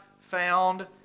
found